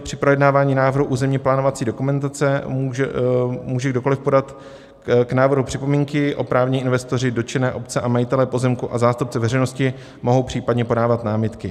Při projednávání návrhu územněplánovací dokumentace může kdokoli podat k návrhu připomínky, oprávnění investoři, dotčené obce a majitelé pozemků a zástupci veřejnosti mohou případně podávat námitky.